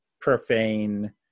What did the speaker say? profane